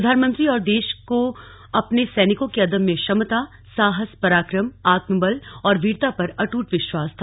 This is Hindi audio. प्रधानमंत्री और देश को अपने सैनिकों की अदम्य क्षमता साहस पराक्रम आत्मबल और वीरता पर अट्ट विश्वास था